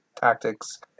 tactics